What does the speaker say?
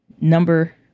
Number